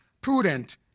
prudent